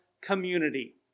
community